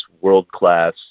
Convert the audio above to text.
world-class